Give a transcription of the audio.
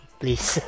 please